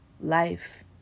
Life